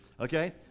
Okay